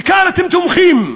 וכאן אתם תומכים.